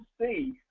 see